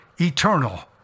eternal